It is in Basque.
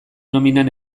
nominan